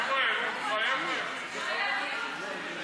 לא היה דיון.